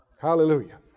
Hallelujah